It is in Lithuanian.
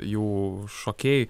jų šokėjai